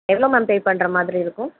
எவ்வளோ ma'am pay பண்ணுற மாதிரி இருக்கும்